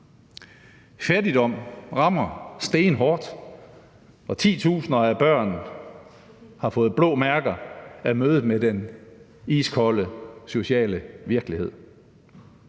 Fattigdom rammer stenhårdt, og titusinder af børn har fået blå mærker af mødet med den iskolde sociale virkelighed.